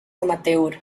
amateur